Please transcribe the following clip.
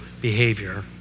behavior